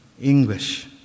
English